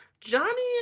Johnny